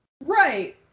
Right